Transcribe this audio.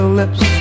lips